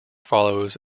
follows